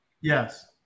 Yes